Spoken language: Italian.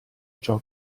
ciò